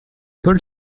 pôles